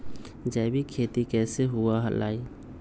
जैविक खेती कैसे हुआ लाई?